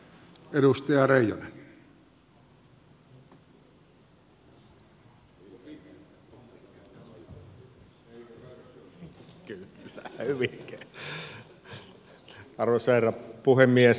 arvoisa herra puhemies